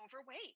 overweight